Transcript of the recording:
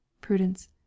PRUDENCE